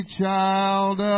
child